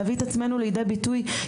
להביא את עצמנו לידי ביטוי,